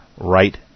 right